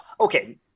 Okay